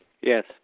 Yes